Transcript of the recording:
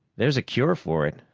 there's a cure for it,